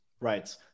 Right